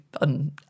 on